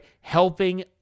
helping